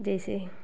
जैसे